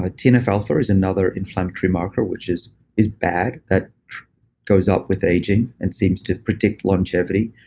ah tnf alpha is another inflammatory marker, which is is bad that goes up with aging and seems to predict longevity.